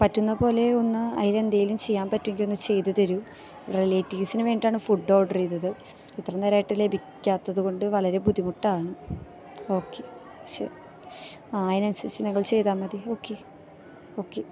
പറ്റുന്ന പോലെ ഒന്ന് അതിനെന്തെങ്കിലും ചെയ്യാന് പറ്റുമെങ്കിലൊന്നു ചെയ്ത് തരൂ റിലേറ്റീവ്സിനു വേണ്ടിയിട്ടാണ് ഫുഡ് ഓഡർ ചെയ്തത് ഇത്രയും നേരമായിട്ട് ലഭിക്കാത്തതു കൊണ്ട് വളരെ ബുദ്ധിമുട്ടാണ് ഓക്കെ ശരി അതിനനുസരിച്ച് നിങ്ങള് ചെയ്താൽ മതി ഓക്കെ ഓക്കെ